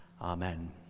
amen